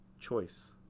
choice